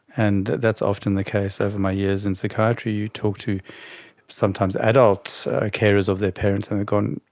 and that's often the case over my years in psychiatry, you talk to sometimes adult carers of their parents and they've gone,